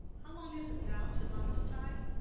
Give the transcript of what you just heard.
how long is it now to lammastide?